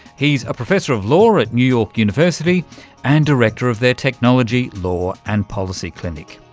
he's a professor of law at new york university and director of their technology, law and policy clinic.